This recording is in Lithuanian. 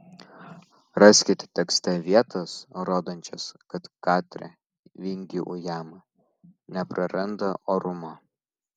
raskite tekste vietas rodančias kad katrė vingių ujama nepraranda orumo